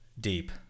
deep